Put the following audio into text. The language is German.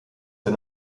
der